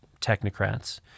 technocrats